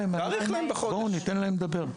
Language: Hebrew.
בואו ניתן להם לדבר.